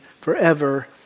forever